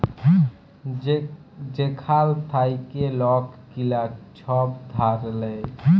যেখাল থ্যাইকে লক গিলা ছব ধার লেয়